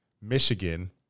Michigan